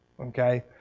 Okay